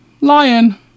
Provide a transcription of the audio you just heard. Lion